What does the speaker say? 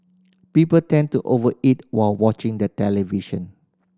people tend to over eat while watching the television